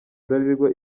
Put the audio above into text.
bralirwa